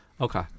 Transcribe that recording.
Okay